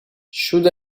should